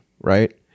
right